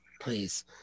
please